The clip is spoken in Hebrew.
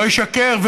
לא ישקר.